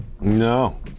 No